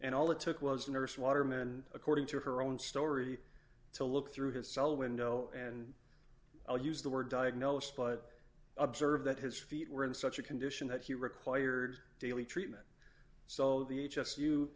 and all it took was a nurse waterman according to her own story to look through his cell window and i'll use the word diagnosed but observe that his feet were in such a condition that he required daily treatment so the h s u